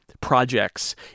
Projects